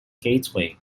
gateway